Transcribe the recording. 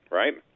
right